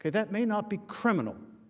that may not be criminal.